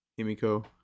himiko